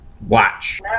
Watch